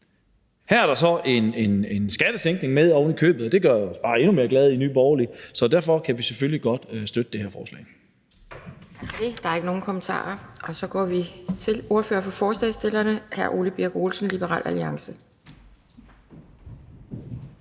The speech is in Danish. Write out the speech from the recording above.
her er der så ovenikøbet en skattesænkning med, og det gør os bare endnu mere glade i Nye Borgerlige. Så derfor kan vi selvfølgelig godt støtte det her forslag.